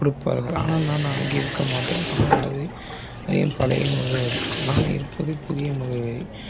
கொடுப்பார்கள் ஆனால் நான் அங்கே இருக்க மாட்டேன் ஆனால் அது அது என் பழைய முகவரி நான் இருப்பது புதிய முகவரி